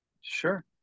Sure